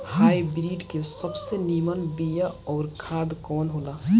Hybrid के सबसे नीमन बीया अउर खाद कवन हो ला?